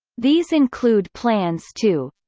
these include plans to